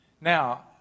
Now